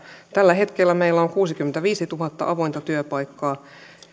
tällä hetkellä meillä on kuusikymmentäviisituhatta avointa työpaikkaa